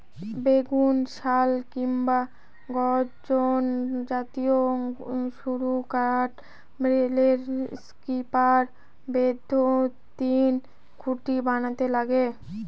সেগুন, শাল কিংবা গর্জন জাতীয় গুরুকাঠ রেলের স্লিপার, বৈদ্যুতিন খুঁটি বানাতে লাগে